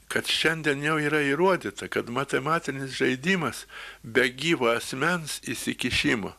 kad šiandien jau yra įrodyta kad matematinis žaidimas be gyvo asmens įsikišimo